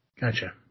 Gotcha